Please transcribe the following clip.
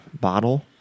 bottle